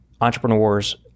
entrepreneurs